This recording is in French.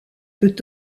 peut